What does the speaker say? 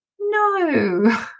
no